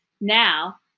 Now